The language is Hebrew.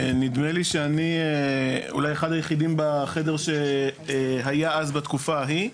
נדמה לי שאני אולי היחידי בחדר שהיה אז בתקופה ההיא,